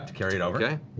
um to carry it over. yeah